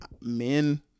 men